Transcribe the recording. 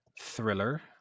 thriller